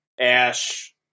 ash